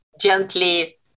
gently